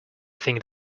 think